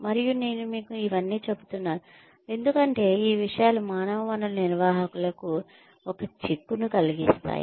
మరియు నేను మీకు ఇవన్నీ చెబుతున్నాను ఎందుకంటే ఈ విషయాలు మానవ వనరుల నిర్వాహకులకు ఒక చిక్కును కలిగిస్థాయి